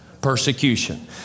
persecution